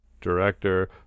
Director